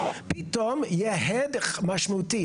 פתאום יהיה הד משמעותי.